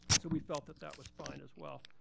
so we felt that that was fine, as well.